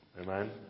Amen